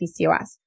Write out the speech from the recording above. PCOS